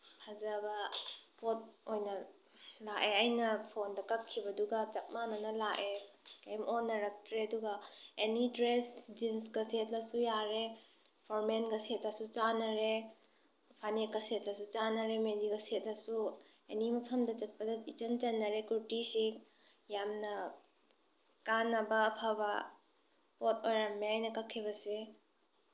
ꯐꯖꯕ ꯄꯣꯠ ꯑꯣꯏꯅ ꯂꯥꯛꯑꯦ ꯑꯩꯅ ꯐꯣꯟꯗ ꯀꯛꯈꯤꯕꯗꯨꯒ ꯆꯞ ꯃꯥꯅꯅ ꯂꯥꯛꯑꯦ ꯀꯔꯤꯝ ꯑꯣꯟꯅꯔꯛꯇ꯭ꯔꯦ ꯑꯗꯨꯒ ꯑꯦꯅꯤ ꯗ꯭ꯔꯦꯁ ꯖꯤꯟꯁꯀ ꯁꯦꯠꯂꯁꯨ ꯌꯥꯔꯦ ꯐꯣꯔꯃꯦꯜꯒ ꯁꯦꯠꯂꯁꯨ ꯆꯥꯅꯔꯦ ꯐꯅꯦꯛꯀ ꯁꯦꯠꯂꯁꯨ ꯆꯥꯅꯔꯦ ꯃꯦꯗꯤꯒ ꯁꯦꯠꯂꯁꯨ ꯑꯦꯅꯤ ꯃꯐꯝꯗ ꯆꯠꯄꯗ ꯏꯆꯟꯗ ꯆꯟꯅꯔꯦ ꯀꯨꯔꯇꯤꯁꯤ ꯌꯥꯝꯅ ꯀꯥꯅꯕ ꯑꯐꯕ ꯄꯣꯠ ꯑꯣꯏꯔꯝꯃꯦ ꯑꯩꯅ ꯀꯛꯈꯤꯕꯁꯦ